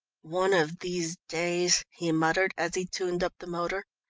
one of these days. he muttered, as he tuned up the motor.